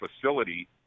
facility